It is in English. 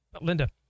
Linda